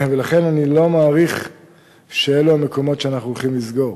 ולכן אני לא מעריך שאלו המקומות שאנחנו הולכים לסגור.